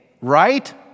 right